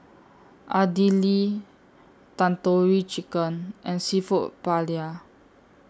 Idili Tandoori Chicken and Seafood Paella